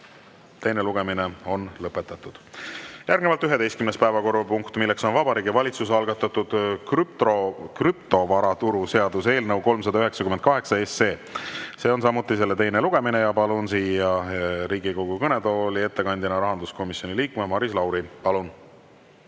Teine lugemine on lõpetatud. Järgnevalt 11. päevakorrapunkt: Vabariigi Valitsuse algatatud krüptovaraturu seaduse eelnõu 398. See on samuti teine lugemine. Palun siia Riigikogu kõnetooli ettekandjana rahanduskomisjoni liikme Maris Lauri. Palun!